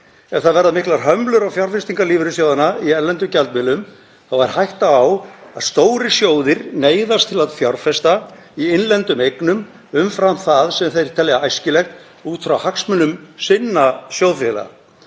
ef það verða miklar hömlur á fjárfestingum lífeyrissjóðanna í erlendum gjaldmiðlum sé hætta á að stórir sjóðir neyðist til að fjárfesta í innlendum eignum umfram það sem þeir telja æskilegt út frá hagsmunum sinna sjóðfélaga.